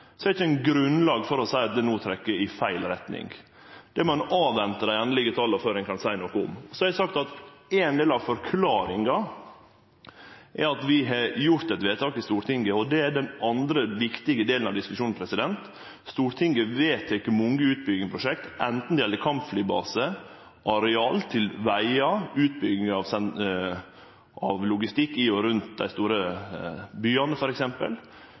ein ikkje grunnlag for å seie at det no trekkjer i feil retning. Ein må vente på dei endelege tala før ein kan seie noko om det. Eg har sagt at ein del av forklaringa er at vi har gjort eit vedtak i Stortinget, og det er den andre viktige delen av diskusjonen. Stortinget vedtek mange utbyggingsprosjekt, anten det gjeld kampflybase, areal til vegar eller utbygging av logistikk i og rundt dei store byane